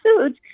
foods